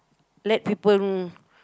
let people